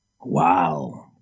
Wow